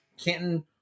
Canton